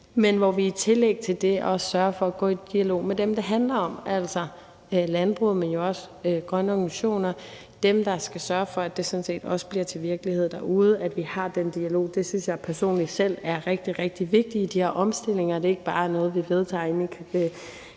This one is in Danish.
på COP28. I tillæg til det sørger vi også for at gå i dialog med dem, det handler om, altså landbruget, men jo også med de grønne organisationer, altså dem, der skal sørge for, at det sådan set bliver til virkelighed derude. At vi har den dialog, synes jeg personligt selv er rigtig, rigtig vigtigt i de her omstillinger, så det ikke bare er noget, vi vedtager herinde